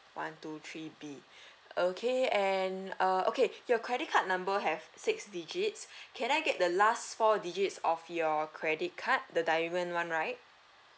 one two three B okay and uh okay your credit card number have six digits can I get the last four digits of your credit card the diamond one right